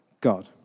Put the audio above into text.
God